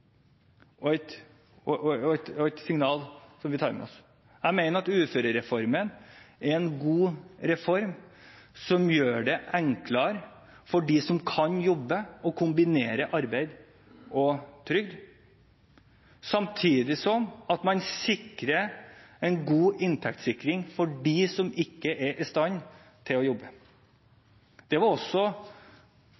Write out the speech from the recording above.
og det er et signal som vi tar med oss. Jeg mener at uførereformen er en god reform som gjør det enklere for dem som kan jobbe å kombinere arbeid og trygd, samtidig som man gir en god inntektssikring for dem som ikke er i stand til å jobbe. Det var også